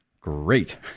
great